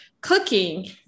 cooking